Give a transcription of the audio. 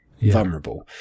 vulnerable